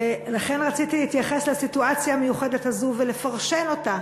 ולכן רציתי להתייחס לסיטואציה המיוחדת הזו ולפרשן אותה.